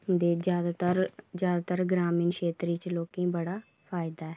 ते ज्यादातर ज्यादातर ग्रामीण क्षेत्रें च लोकें गी बड़ा फायदा ऐ